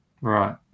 Right